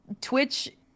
Twitch